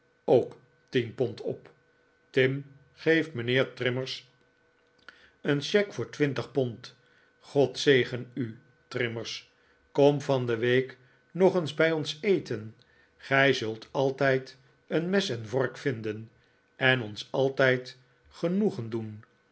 ook tien pond op tim geef mijnheer trimmers een cheque voor twintig pond god zegen u trimmers kom van de week nog eens bij ons eten gij zult altijd een mes en vork vinden en ons altijd genoegen doen